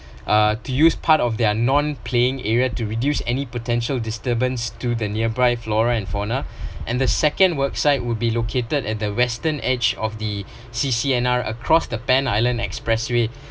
uh to use part of their non playing area to reduce any potential disturbance to the nearby flora and fauna and the second work site will be located at the western edge of the C_C_N_R across the pan island expressway